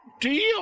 Deal